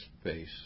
space